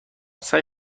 سعی